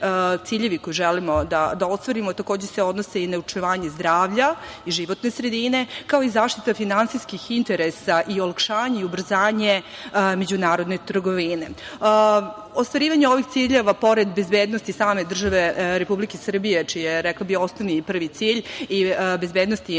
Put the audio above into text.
ciljevi koje želimo da ostvarimo takođe se odnose i na očuvanje zdravlja i životne sredine, kao i zaštita finansijskih interesa i olakšanje i ubrzanje međunarodne trgovine. Ostvarivanje ovih ciljeva, pored bezbednosti same države Republike Srbije, čije je, rekla bih, osnovni i prvi cilj bezbednost